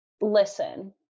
listen